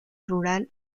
rural